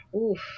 oof